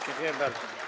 Dziękuję bardzo.